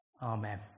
Amen